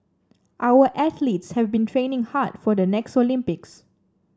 our athletes have been training hard for the next Olympics